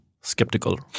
skeptical